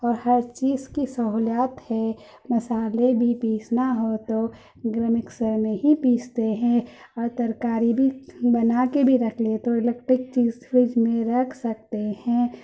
اور ہر چیز کی سہولیات ہے مصالحے بھی پیسنا ہو تو مکسر میں ہی پیستے ہیں اور ترکاری بھی بنا کے بھی رکھ لے تو الیکٹرک چیز فریج میں رکھ سکتے ہیں